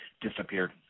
disappeared